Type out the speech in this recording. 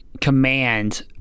command